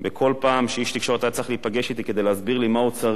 בכל פעם שאיש תקשורת היה צריך להיפגש אתי כדי להסביר לי מה הוא צריך,